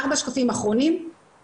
אתם